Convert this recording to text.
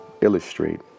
illustrate